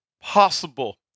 possible